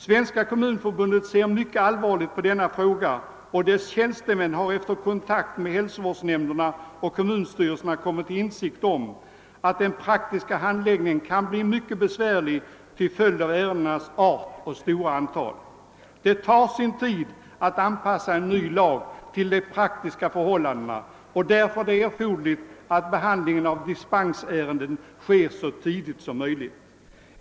Svenska kommunförbundet ser mycket allvarligt på denna fråga, och dess tjänstemän har efter kontakt med hälsovårdsnämnderna och kommunstyrelserna kommit till insikt om att den praktiska handläggningen kan bli mycket besvärlig till följd av ärendenas art och stora antal. Det tar sin tid att anpassa en ny lag till de praktiska förhållandena, och därför är det erforderligt att behandlingen av dispensärenden sker så tidigt som möjligt.